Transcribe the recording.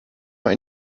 more